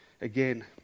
again